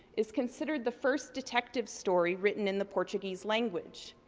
is considered the first detective story written in the portuguese language,